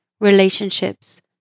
relationships